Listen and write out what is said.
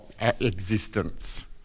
existence